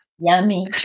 Yummy